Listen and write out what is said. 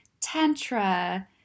tantra